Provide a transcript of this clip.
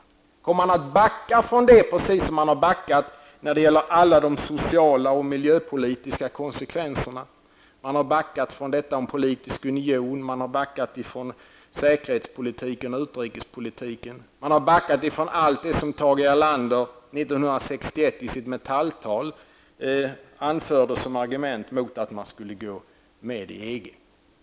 Kommer socialdemokraterna att backa från detta på samma sätt som de har backat när det gäller alla de sociala och miljöpolitiska konsekvenserna, när det gäller politisk union, säkerhetspolitiken, utrikespolitiken, dvs. från allt det som Tage Erlander 1961 i sitt Metalltal anförde som argument mot att Sverige skulle gå med i EG?